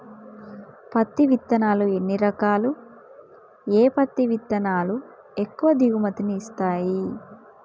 పత్తి విత్తనాలు ఎన్ని రకాలు, ఏ పత్తి విత్తనాలు ఎక్కువ దిగుమతి ని ఇస్తాయి?